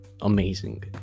amazing